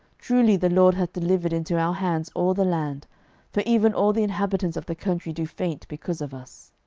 truly the lord hath delivered into our hands all the land for even all the inhabitants of the country do faint because of us.